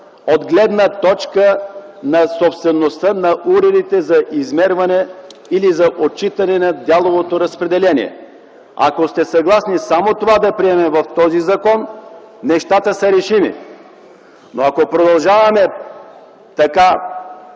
от гледна точка на собствеността на уредите за измерване или за отчитане на дяловото разпределение. Ако сте съгласни само това да приемем в този закон, нещата са решими. Но ако продължаваме да